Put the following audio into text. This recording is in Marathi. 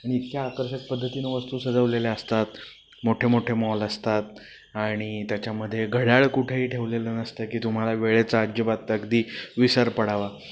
आणि इतक्या आकर्षक पद्धतीनं वस्तू सजवलेल्या असतात मोठे मोठे मॉल असतात आणि त्याच्यामध्ये घड्याळ कुठेही ठेवलेलं नसतं की तुम्हाला वेळेचा अजिबात अगदी विसर पडावा